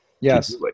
yes